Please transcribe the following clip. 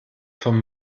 von